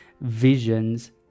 visions